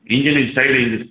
இன்ஜினின் tyre engine